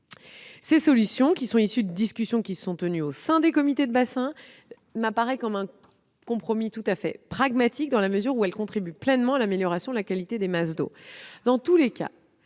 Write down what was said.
Ces solutions, issues de discussions qui se sont tenues au sein des comités eux-mêmes, m'apparaissent comme un compromis pragmatique, dans la mesure où elles contribuent pleinement à l'amélioration de la qualité des masses d'eau.